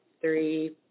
three